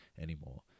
anymore